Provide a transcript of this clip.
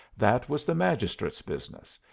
that was the magistrate's business,